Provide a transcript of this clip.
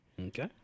Okay